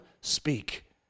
speak